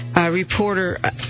reporter